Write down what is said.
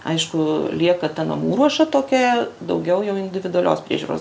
aišku lieka ta namų ruoša tokia daugiau jau individualios priežiūros